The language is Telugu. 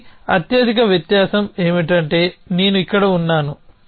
ఒకటి అత్యధిక వ్యత్యాసం ఏమిటంటే నేను ఇక్కడ ఉన్నాను